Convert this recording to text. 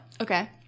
Okay